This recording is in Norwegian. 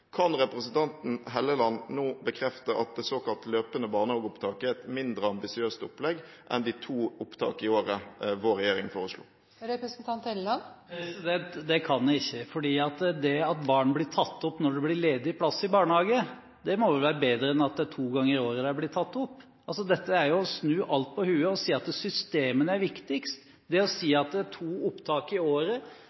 Kan representanten Helleland nå bekrefte at det såkalt løpende barnehageopptaket er et mindre ambisiøst opplegg enn de to opptakene i året som vår regjering foreslo? Det kan jeg ikke, for det at barn blir tatt opp når det blir ledige plasser i barnehager, må vel være bedre enn at det er opptak to ganger i året. Det er å snu alt på hodet og si at systemene er viktigst. Å si